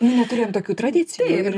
neturėjom tokių tradicijų ir